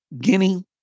Guinea